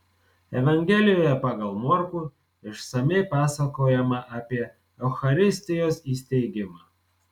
evangelijoje pagal morkų išsamiai pasakojama apie eucharistijos įsteigimą